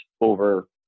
over